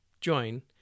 join